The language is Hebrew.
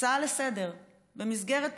הצעה לסדר-היום במסגרת פרוצדורה,